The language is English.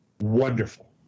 wonderful